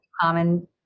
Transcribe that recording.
Common